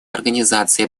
организацией